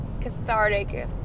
cathartic